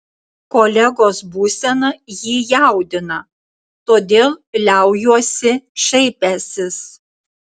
kolegos būsena jį jaudina todėl liaujuosi šaipęsis